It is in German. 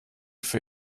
für